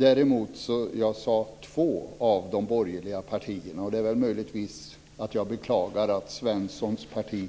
Däremot sade jag att det var två av de borgerliga partierna, och möjligtvis beklagar jag att Svenssons parti